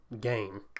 game